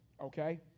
okay